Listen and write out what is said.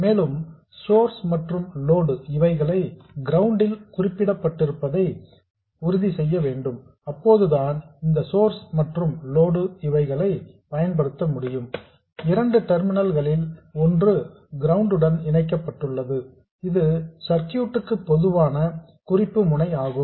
மேலும் சோர்ஸ் மற்றும் லோடு இவைகள் கிரவுண்ட் ல் குறிப்பிட்டிருப்பதை உறுதி செய்ய வேண்டும் அப்போதுதான் இந்த சோர்ஸ் மற்றும் லோடு இவைகளைப் பயன்படுத்த முடியும் இரண்டு டெர்மினல்ஸ் களில் ஒன்று கிரவுண்ட் உடன் இணைக்கப்பட்டுள்ளது இது சர்க்யூட் ன் பொதுவான குறிப்பு முனை ஆகும்